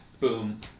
Boom